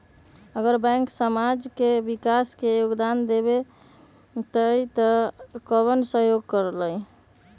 अगर बैंक समाज के विकास मे योगदान देबले त कबन सहयोग करल?